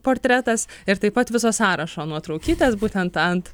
portretas ir taip pat viso sąrašo nuotraukytės būtent ant